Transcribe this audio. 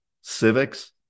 civics